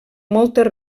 moltes